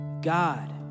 God